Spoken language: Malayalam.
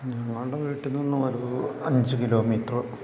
ഞങ്ങളുടെ വീട്ടിൽ നിന്ന് വരുന്നത് അഞ്ച് കിലോമീറ്ററ്